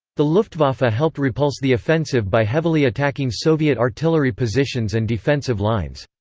the luftwaffe helped repulse the offensive by heavily attacking soviet artillery positions and defensive lines.